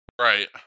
Right